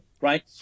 right